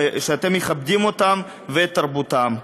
בואו ותראו שאתם מכבדים אותם ואת תרבותם.